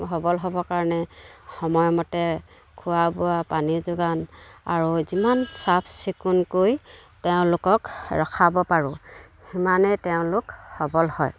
সবল হ'বৰ কাৰণে সময় মতে খোৱা বোৱা পানী যোগান আৰু যিমান চাফ চিকুণকৈ তেওঁলোকক ৰখাব পাৰোঁ সিমানেই তেওঁলোক সবল হয়